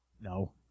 No